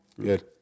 Good